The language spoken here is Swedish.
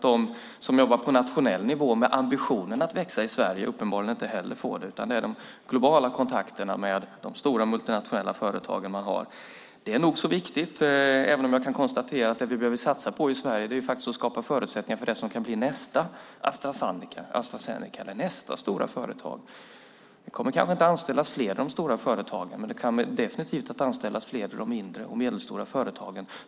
De som jobbar på nationell nivå med ambitionen att växa i Sverige får uppenbarligen inte heller besök. Det är fråga om globala kontakter med stora multinationella företag. Det är nog så viktigt, även om jag kan konstatera att det vi behöver satsa på i Sverige är att skapa förutsättningar för det som kan bli nästa Astra Zeneca eller nästa stora företag. Det kommer kanske inte att anställas fler i de stora företagen, men det kommer definitivt att anställas fler i de mindre och medelstora företagen.